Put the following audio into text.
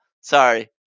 Sorry